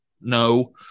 no